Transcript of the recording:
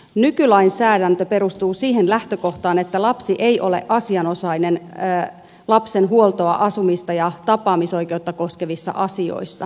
nykylainsäädäntö perustuu siihen lähtökohtaan että lapsi ei ole asianosainen lapsen huoltoa asumista ja tapaamisoikeutta koskevissa asioissa